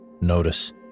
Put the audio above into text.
Notice